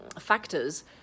factors